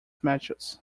matches